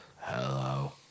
hello